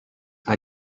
nta